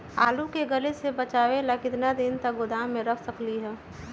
आलू के गले से बचाबे ला कितना दिन तक गोदाम में रख सकली ह?